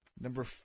Number